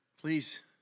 Please